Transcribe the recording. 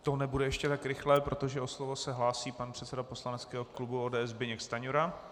To nebude ještě tak rychlé, protože o slovo se hlásí pan předseda poslaneckého klubu ODS Zbyněk Stanjura.